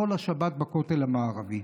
כל השבת בכותל המערבי.